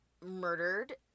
murdered